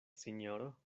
sinjoro